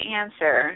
answer